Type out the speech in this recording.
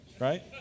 right